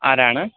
ആരാണ്